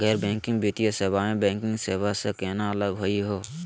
गैर बैंकिंग वित्तीय सेवाएं, बैंकिंग सेवा स केना अलग होई हे?